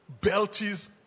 belches